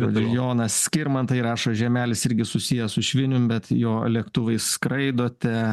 jonas skirmantai rašo žemelis irgi susijęs su švinium bet jo lėktuvais skraidote